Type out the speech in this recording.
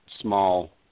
small